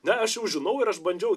ne aš jau žinau ir aš bandžiau